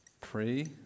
Pre